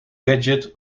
gadget